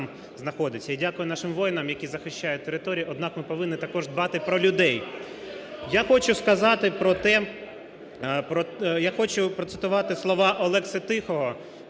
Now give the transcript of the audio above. я хочу процитувати слова Олекси Тихого,